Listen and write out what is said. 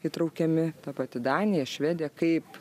įtraukiami ta pati danija švedija kaip